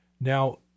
Now